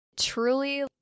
truly